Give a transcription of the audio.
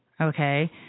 okay